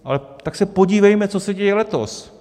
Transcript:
Ale tak se podívejme, co se děje letos.